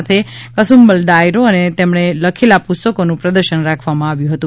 સાથે કસુંબલ ડાયરો અને તેમણે લખેલા પુસ્તકોનું પ્રદર્શન રાખવામાં આવ્યું હતું